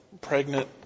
pregnant